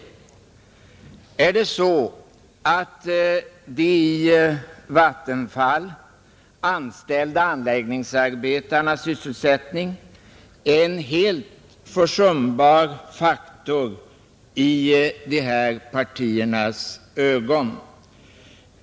Är det så att de i Vattenfall anställda anläggningsarbetarnas sysselsättning är en helt försumbar faktor i dessa partiers ögon?